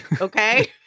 okay